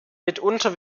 mitunter